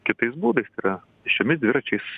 kitais būdais tai yra pėsčiomis dviračiais